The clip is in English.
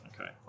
Okay